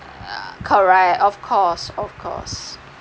ya correct of course of course